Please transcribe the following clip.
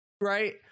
right